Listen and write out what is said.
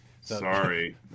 Sorry